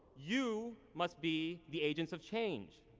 you must be the agents of change.